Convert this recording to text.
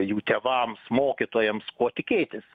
jų tėvams mokytojams ko tikėtis